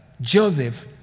Joseph